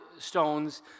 stones